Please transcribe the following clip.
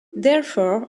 therefore